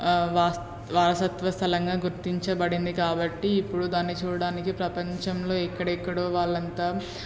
వాస్త్ వారసత్వ స్థలంగా గుర్తించబడింది కాబట్టి ఇప్పుడు దాన్ని చూడడానికి ప్రపంచంలో ఎక్కడెక్కడో వాళ్ళంతా